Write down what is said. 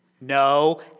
No